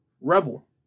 Rebel